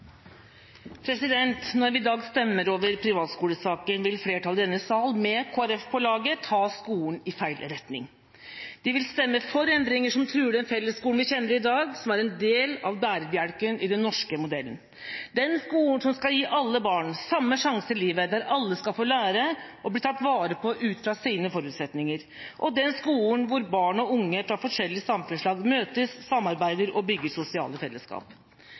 over. Når vi i dag stemmer over privatskolesaken, vil flertallet i denne sal – med Kristelig Folkeparti på laget – ta skolen i feil retning. De vil stemme for endringer som truer den fellesskolen vi kjenner i dag, som er en del av bærebjelken i den norske modellen: den skolen som skal gi alle barn samme sjanse i livet, der alle skal få lære og bli tatt vare på ut fra sine forutsetninger, den skolen der barn og unge fra forskjellige samfunnslag møtes, samarbeider og bygger sosiale fellesskap.